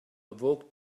awoke